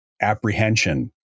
apprehension